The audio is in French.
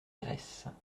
graisses